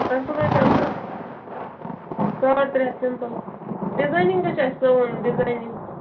تتھ کوٗتاہ چھُ آسان ساڈ ترٛےٚ ہتھ سِمپٕل ڈِزاینِگ تہِ چھُ اَسہِ سُوُن ڈِزاینِگ